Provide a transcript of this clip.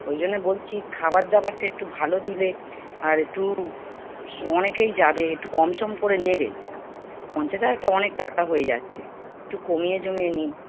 ওই জন্যে বলছি খাবার দাবারটা একটু ভালো দিলে আর একটু অনেকেই যাবে একটু কম সম করে নেবে পঞ্চাশ হাজারটা অনেক টাকা হয়ে যাচ্ছে একটু কমিয়ে চমিয়ে নিন